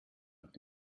nach